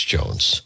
Jones